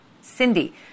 Cindy